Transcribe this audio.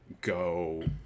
go